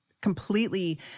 completely